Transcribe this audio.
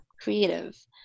creative